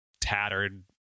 tattered